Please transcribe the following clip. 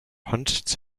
hundreds